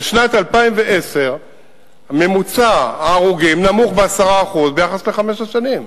בשנת 2010 ממוצע ההרוגים נמוך ב-10% ביחס לחמש השנים.